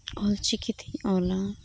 ᱚᱞᱪᱤᱠᱤᱛᱮᱧ ᱚᱞᱟ